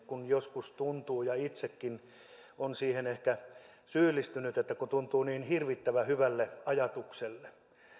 kun lakialoite joskus tuntuu ja itsekin on siihen ehkä syyllistynyt niin hirvittävän hyvältä ajatukselta